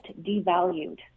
devalued